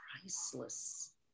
priceless